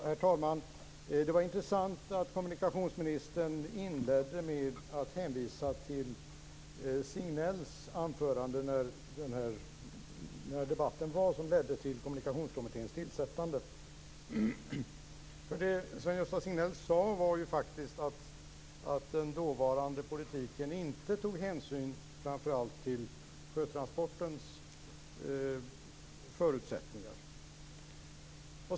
Herr talman! Det var intressant att kommunikationsministern inledde med att hänvisa till Sven-Gösta Signell sade var faktiskt att den dåvarande politiken framför allt inte tog hänsyn till sjötransportens förutsättningar.